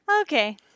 Okay